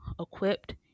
equipped